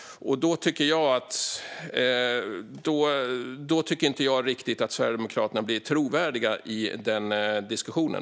Jag tycker inte riktigt att Sverigedemokraterna blir trovärdiga i den diskussionen.